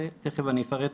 שתיכף אני אפרט,